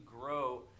grow